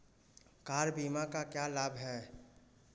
Car बीमा का क्या लाभ है?